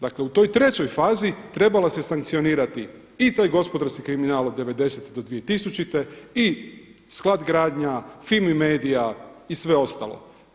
Dakle u toj 3. fazi trebao se sankcionirati i taj gospodarski kriminal od '90.-te do 2000. i sklad gradnja, FIMI-MEDIA i sve ostalo.